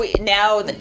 now